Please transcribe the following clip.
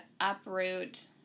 uproot